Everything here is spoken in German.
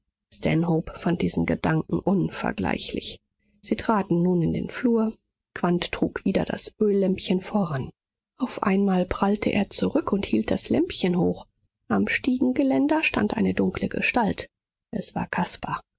fand diesen gedanken unvergleichlich sie traten nun in den flur quandt trug wieder das öllämpchen voran auf einmal prallte er zurück und hielt das lämpchen hoch am stiegengeländer stand eine dunkle gestalt es war caspar